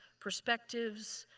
perspectives,